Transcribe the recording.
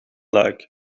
luik